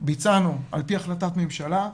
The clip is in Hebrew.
ביצענו על פי החלטת ממשלה,